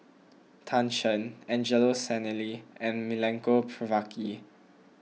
Tan Shen Angelo Sanelli and Milenko Prvacki